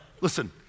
Listen